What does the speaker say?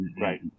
Right